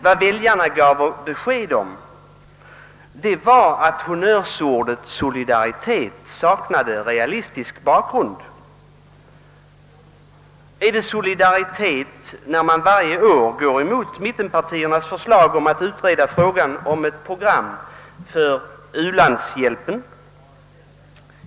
Vad väljarna gav besked om var att honnörsordet solidaritet saknade realistisk bakgrund. Är det solidaritet när man varje år går emot mittenpartiernas förslag att utreda frågan om ett program för ulandshjälpen?